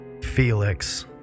Felix